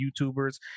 YouTubers